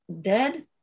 dead